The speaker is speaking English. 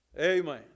Amen